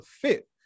fit